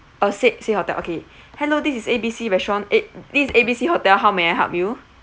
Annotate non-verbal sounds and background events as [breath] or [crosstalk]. uh said say hotel okay [breath] hello this is A B C restaurant eh this is A B C hotel how may I help you